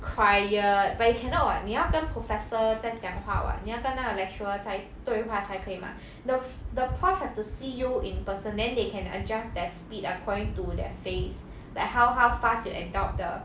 quiet but you cannot [what] 你要跟 professor 在讲话 what 你要跟那个 lecturer 才对话才可以 mah the f~ the prof have to see you in person then they can adjust their speed according to their face like like how how fast you adopt the